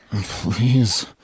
Please